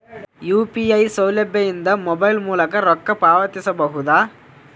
UPI ಸೌಲಭ್ಯ ಇಂದ mobile ಮೂಲಕ ರೊಕ್ಕ ಪಾವತಿಸ ಬಹುದಾ?